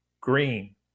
Green